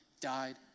died